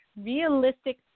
realistic